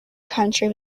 country